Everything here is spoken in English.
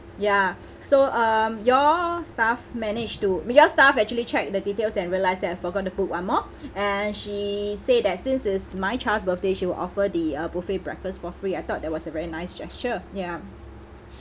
ya so um your staff managed to your staff actually checked the details and realised that I forgot to book one more and she said that since it's my child's birthday she will offer the uh buffet breakfast for free I thought that was a very nice gesture ya